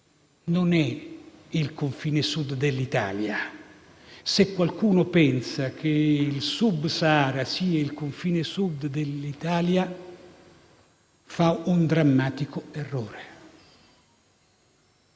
Non è il confine Sud dell'Italia. Se qualcuno pensa che il Sub-Sahara sia il confine Sud dell'Italia, fa un drammatico errore.